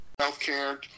Healthcare